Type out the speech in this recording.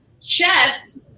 chess